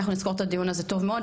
אנחנו נזכור את זה הדיון הזה טוב מאוד,